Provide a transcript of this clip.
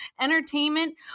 entertainment